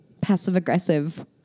passive-aggressive